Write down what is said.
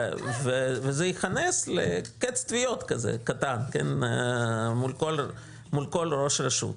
וזה ייכנס ל --- תביעות קטן מול כל ראש רשות.